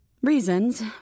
reasons